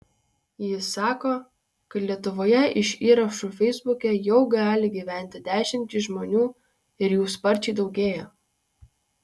jis sako kad lietuvoje iš įrašų feisbuke jau gali gyventi dešimtys žmonių ir jų sparčiai daugėja